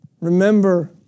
Remember